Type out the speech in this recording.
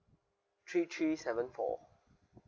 three three seven four